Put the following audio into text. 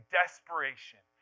desperation